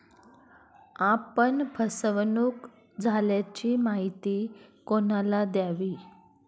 आपण फसवणुक झाल्याची माहिती कोणाला द्यावी?